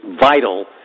vital